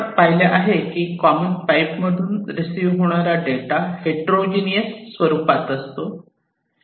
आपण पाहिले आहे की कॉमन पाईप मधून रिसीव्ह होणारा डेटा हेट्रोजीनीआस स्वरूपात असतो